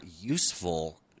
useful